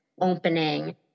opening